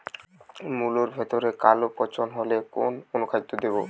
মুলোর ভেতরে কালো পচন হলে কোন অনুখাদ্য দেবো?